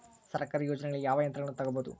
ಸರ್ಕಾರಿ ಯೋಜನೆಗಳಲ್ಲಿ ಯಾವ ಯಂತ್ರಗಳನ್ನ ತಗಬಹುದು?